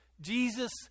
Jesus